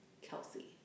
Kelsey